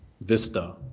vista